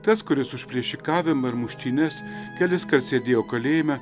tas kuris už plėšikavimą ir muštynes keliskart sėdėjo kalėjime